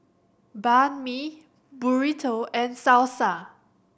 Banh Mi Burrito and Salsa